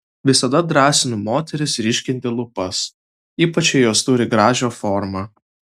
visada drąsinu moteris ryškinti lūpas ypač jei jos turi gražią formą